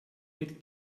mit